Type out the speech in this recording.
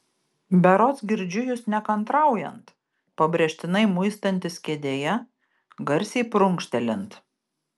berods girdžiu jus nekantraujant pabrėžtinai muistantis kėdėje garsiai prunkštelint